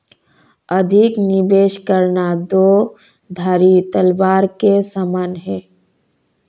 अधिक निवेश करना दो धारी तलवार के समान है